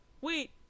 wait